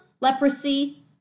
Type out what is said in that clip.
leprosy